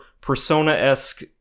Persona-esque